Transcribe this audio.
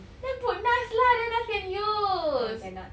then put naz lah then naz can use